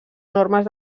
normes